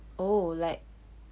oh like